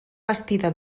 bastida